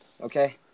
okay